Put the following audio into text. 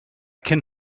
can